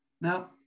Now